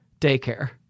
Daycare